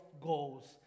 goals